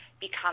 become